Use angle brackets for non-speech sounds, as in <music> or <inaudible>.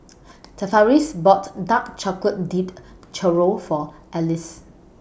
<noise> Tavaris bought Dark Chocolate Dipped Churro For Ellis